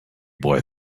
boy